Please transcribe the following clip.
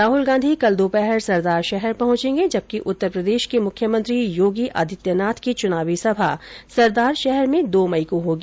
राहुल गांधी कल दोपहर सरदारशहर पहंचेंगे जबकि उत्तर प्रदेश के मुख्यमंत्री योगी आदित्यनाथ की चुनावी सभा सरदारशहर में दो मई को होगी